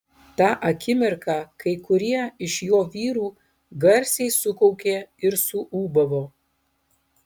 tą akimirką kai kurie iš jo vyrų garsiai sukaukė ir suūbavo